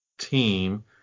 team